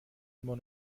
immer